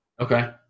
Okay